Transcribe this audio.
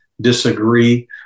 disagree